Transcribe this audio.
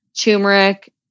turmeric